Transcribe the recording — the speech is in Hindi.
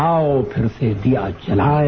आओ फिर से दिया जलाएं